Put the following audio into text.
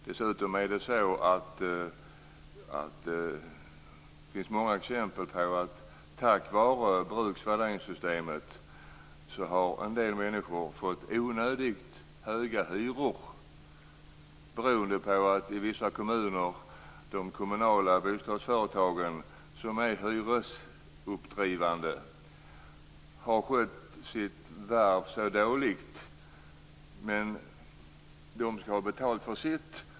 Dessutom finns det många exempel på att en del människor har fått onödigt höga hyror på grund av bruksvärdessystemet. Det beror på att de kommunala bostadsföretagen, som är hyresuppdrivande, i vissa kommuner har skött sitt värv så dåligt. Men de skall ha betalt för sitt.